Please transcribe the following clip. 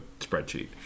spreadsheet